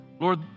Lord